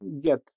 get